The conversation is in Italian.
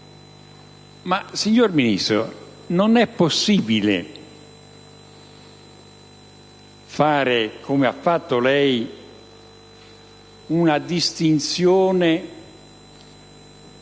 Signor Ministro, non è possibile fare, come ha fatto lei, una distinzione sul